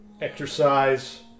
exercise